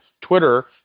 twitter